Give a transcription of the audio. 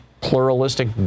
pluralistic